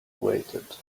waited